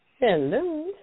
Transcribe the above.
Hello